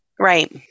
Right